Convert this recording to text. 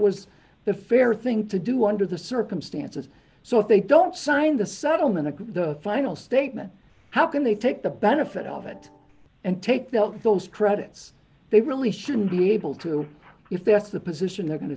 was the fair thing to do under the circumstances so if they don't sign the settlement of the final statement how can they take the benefit of it and take those credits they really shouldn't be able to if that's the position they're going to